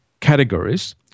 categories